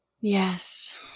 Yes